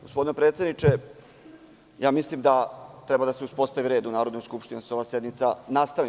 Gospodine predsedniče, ja mislim da treba da se uspostavi red u Narodnoj skupštini, da se ova sednica nastavi.